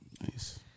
Nice